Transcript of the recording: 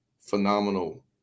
phenomenal